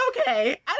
okay